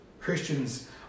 Christians